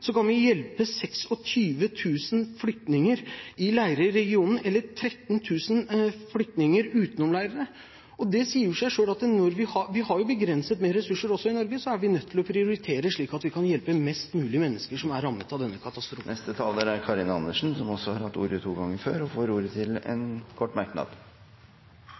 kan vi hjelpe 26 000 flyktninger i leirer i regionen, eller 13 000 flyktninger utenom leirene. Det sier seg selv at når vi har begrenset med ressurser, også i Norge, er vi nødt til å prioritere slik at vi kan hjelpe flest mulig mennesker som er rammet av denne katastrofen. Karin Andersen har hatt ordet to ganger tidligere og får ordet til en kort merknad,